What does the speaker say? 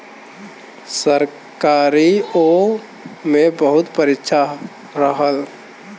सरकारीओ मे बहुत परीक्षा रहल